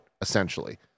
essentially